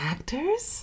Actors